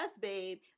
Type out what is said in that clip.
babe